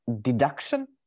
deduction